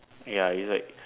ya it's like